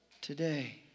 today